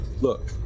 look